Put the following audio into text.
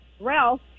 Ralph